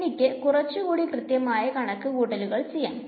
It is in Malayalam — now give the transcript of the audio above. എനിക്ക് കുറച്ചിക്കൂടി കൃത്യമായ കണക്ക് കൂട്ടലുകൾ ചെയ്യാം